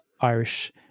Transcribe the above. Irish